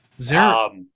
zero